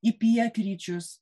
į pietryčius